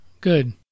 Good